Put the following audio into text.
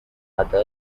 other